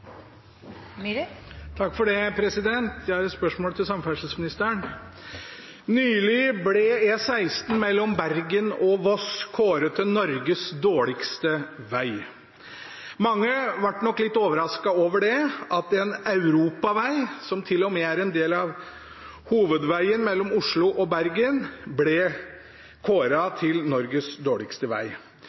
unntak for at en ikke skal være diskriminerende. Vi går videre til neste hovedspørsmål. Jeg har et spørsmål til samferdselsministeren. Nylig ble E16 mellom Bergen og Voss kåret til Norges dårligste veg. Mange ble nok litt overrasket over det, at en europaveg, som til og med er en del av hovedvegen mellom Oslo og Bergen, ble kåret til Norges dårligste